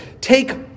Take